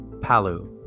Palu